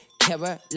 Caroline